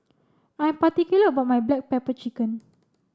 I am particular about my Black Pepper Chicken